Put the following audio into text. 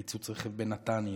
פיצוץ רכב בנתניה,